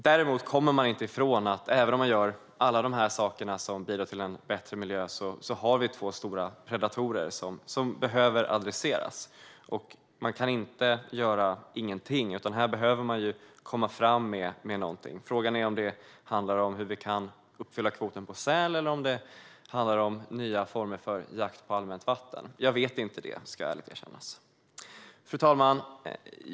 Däremot går det inte att komma ifrån att även om man gör alla dessa saker som leder till en bättre miljö är det två stora predatorer som behöver adresseras. Och man kan inte göra ingenting, utan här behöver man komma fram med någonting. Frågan är om det handlar om hur vi kan uppfylla kvoten på säl eller om det handlar om nya former för jakt på allmänt vatten. Jag vet inte det, ska ärligt erkännas. Fru talman!